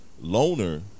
loner